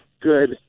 good